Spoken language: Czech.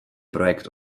projekt